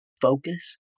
focus